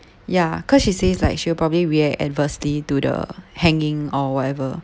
ya cause she says like she'll probably react adversely to the hanging or whatever